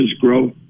growth